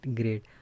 great